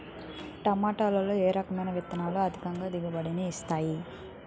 టమాటాలో ఏ రకమైన విత్తనాలు అధిక దిగుబడిని ఇస్తాయి